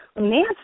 Nancy